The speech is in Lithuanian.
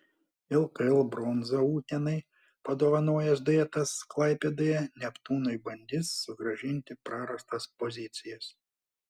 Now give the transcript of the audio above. lkl bronzą utenai padovanojęs duetas klaipėdoje neptūnui bandys sugrąžinti prarastas pozicijas